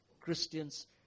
Christians